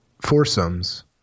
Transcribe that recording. foursomes